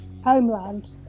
Homeland